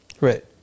right